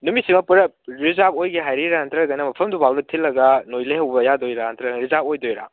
ꯅꯨꯃꯤꯠꯁꯤꯃ ꯄꯨꯂꯞ ꯔꯤꯖꯥꯔꯕ ꯑꯣꯏꯒꯦ ꯍꯥꯏꯔꯤꯔꯥ ꯅꯠꯇ꯭ꯔꯒꯅ ꯃꯐꯝꯗꯨꯐꯥꯎꯕ ꯊꯤꯜꯂꯒ ꯅꯣꯏ ꯂꯩꯍꯧꯕ ꯌꯥꯗꯣꯏꯔꯥ ꯅꯠꯇꯔꯒ ꯔꯤꯖꯥꯔꯕ ꯑꯣꯏꯗꯣꯏꯔꯥ